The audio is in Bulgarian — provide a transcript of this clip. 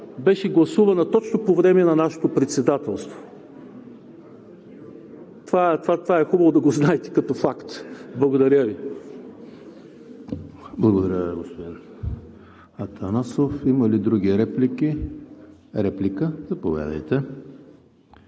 беше гласувана точно по време на нашето Председателство. Това е хубаво да го знаете като факт. Благодаря Ви. ПРЕДСЕДАТЕЛ ЕМИЛ ХРИСТОВ: Благодаря, господин Атанасов. Има ли други реплики? Реплика, заповядайте